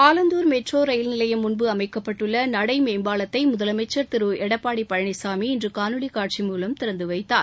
Alandur metro rail நிலையம் முன்பு அமைக்கப்பட்டுள்ள நடைமேம்பாலத்தை முதலமைச்சர் திரு எடப்பாடி பழனிசாமி இன்று காணொலி காட்சி மூலம் திறந்துவைத்தார்